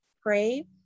pray